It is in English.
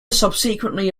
subsequently